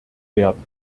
werden